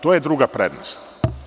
To je druga prednost.